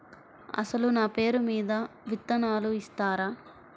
అసలు నా పేరు మీద విత్తనాలు ఇస్తారా?